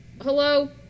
Hello